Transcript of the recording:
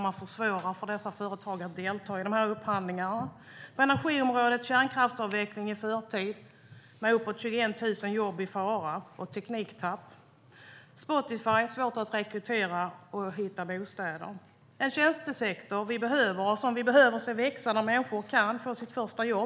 Man försvårar för dessa företag att delta i de upphandlingarna. På energiområdet är det kärnkraftsavveckling i förtid med uppåt 21 000 jobb i fara och tekniktapp. Spotify har svårt att rekrytera och hitta bostäder. Det är en tjänstesektor som vi behöver och som vi behöver se växa, där människor kan få sitt första jobb.